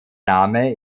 name